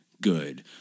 good